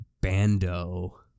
Bando